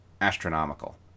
astronomical